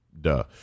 Duh